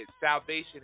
Salvation